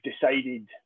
decided